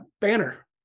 banner